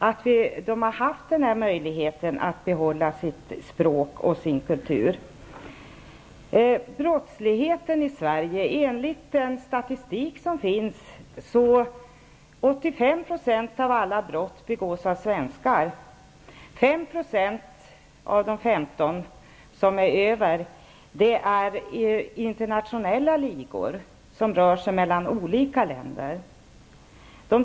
Vilken tur att de haft möjlighet att behålla sitt språk och sin kultur. Sverige av svenskar. 5 % av de övriga 15 % utgörs av internationella ligor som rör sig mellan olika länder.